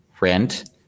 rent